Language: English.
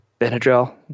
Benadryl